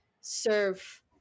serve